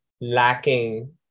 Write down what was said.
lacking